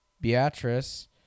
Beatrice